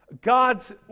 God's